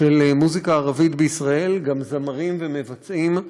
של מוזיקה ערבית בישראל, וגם זמרים ומבצעים.